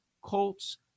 Colts